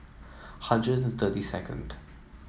hundred and thirty second